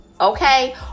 okay